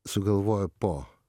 sugalvoju po